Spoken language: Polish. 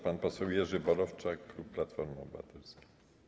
Pan poseł Jerzy Borowczak, klub Platforma Obywatelska.